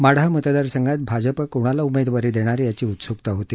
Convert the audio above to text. माढा मतदारसंघात भाजप कुणाला उमेदवारी देणार याची उत्सुकता होती